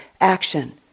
action